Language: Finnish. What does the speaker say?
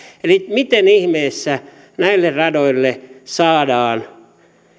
eli miten ihmeessä näille radoille saadaan